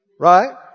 Right